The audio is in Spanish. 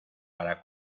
para